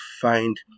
find